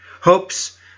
hopes